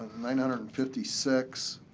nine hundred and fifty six,